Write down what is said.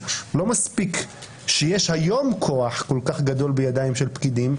לא מספיק שיש היום כוח כל כך גדול בידיים של פקידים,